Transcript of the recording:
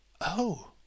Oh